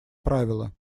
правила